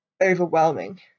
overwhelming